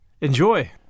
Enjoy